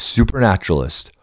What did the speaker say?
Supernaturalist